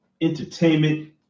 entertainment